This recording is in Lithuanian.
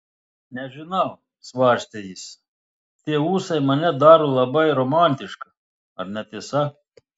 nežinau svarstė jis tie ūsai mane daro labai romantišką ar ne tiesa